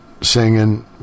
singing